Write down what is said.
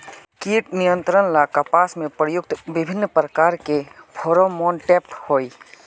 कीट नियंत्रण ला कपास में प्रयुक्त विभिन्न प्रकार के फेरोमोनटैप होई?